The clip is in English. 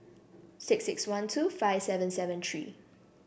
six six one two five seven seven three